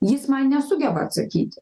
jis man nesugeba atsakyti